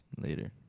Later